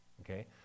Okay